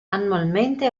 annualmente